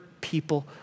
people